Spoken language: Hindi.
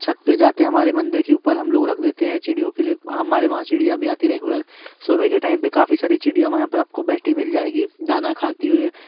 छत पर जाते हमारे मंदिर के ऊपर हम लोग रख देते हैं चिड़ियों के लिए हमारे वहाँ चिड़िया भी आती रेगुलर सुबह के टाइम पर काफ़ी सारी चिड़िया वहाँ पर आपको बैठी मिल जाएगी दाना खाती हुई